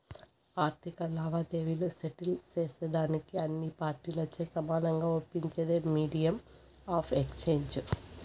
ఆర్థిక లావాదేవీలు సెటిల్ సేసేదానికి అన్ని పార్టీలచే సమానంగా ఒప్పించేదే మీడియం ఆఫ్ ఎక్స్చేంజ్